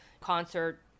concert